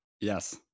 Yes